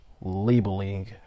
labeling